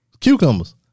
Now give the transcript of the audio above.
cucumbers